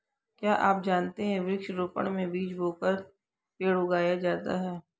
क्या आप जानते है वृक्ष रोपड़ में बीज बोकर पेड़ उगाया जाता है